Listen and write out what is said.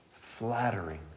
flattering